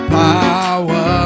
power